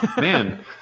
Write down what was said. Man